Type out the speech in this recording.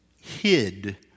hid